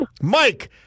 Mike